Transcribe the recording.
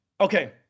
Okay